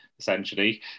Essentially